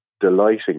delighting